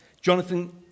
Jonathan